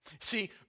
See